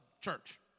church